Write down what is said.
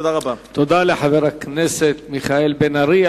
תודה לחבר הכנסת מיכאל בן-ארי.